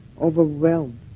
overwhelmed